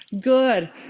good